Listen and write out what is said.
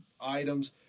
items